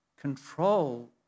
control